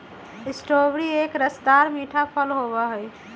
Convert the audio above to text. strawberry एक रसदार मीठा फल होबा हई